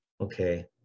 okay